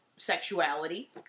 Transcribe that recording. sexuality